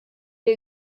wir